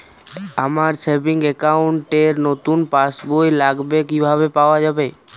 আমার savings account র নতুন পাসবই লাগবে কিভাবে পাওয়া যাবে?